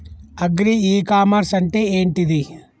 Agri e commerce అంటే ఏంటిది?